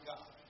God